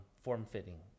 form-fitting